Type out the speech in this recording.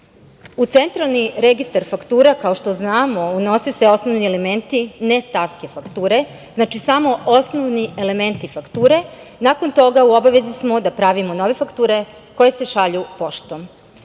Centralni registar faktura, kao što znamo, unose se osnovni elementi, ne stavke fakture. Znači, samo osnovni elementi fakture. Nakon toga, u obavezi smo da pravimo nove fakture koje se šalju poštom.